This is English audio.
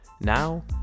now